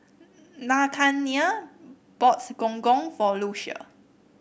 Nathanial bought Gong Gong for Lucia